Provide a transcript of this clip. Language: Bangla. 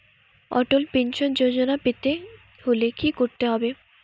অটল পেনশন যোজনা পেতে হলে কি করতে হবে?